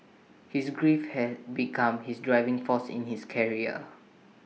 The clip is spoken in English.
his grief had become his driving force in his career